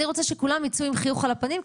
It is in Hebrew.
אני רוצה שכולם ייצאו עם חיוך על הפנים,